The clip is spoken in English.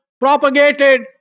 propagated